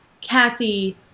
Cassie